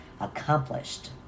accomplished